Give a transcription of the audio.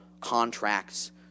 contracts